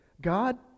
God